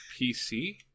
PC